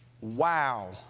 Wow